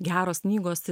geros knygos